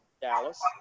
Dallas